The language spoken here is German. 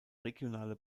regionale